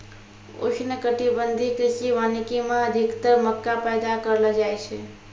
उष्णकटिबंधीय कृषि वानिकी मे अधिक्तर मक्का पैदा करलो जाय छै